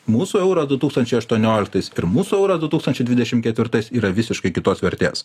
mūsų euro du tūkstančiai aštuonioliktais ir mūsų euro du tūkstančiai dvidešim ketvirtais yra visiškai kitos vertės